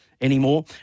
anymore